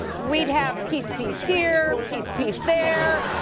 we'd have peace-peace here, peace-peace, there,